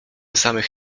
samych